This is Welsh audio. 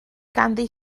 ganddi